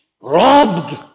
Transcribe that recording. robbed